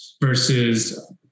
versus